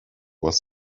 was